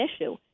issue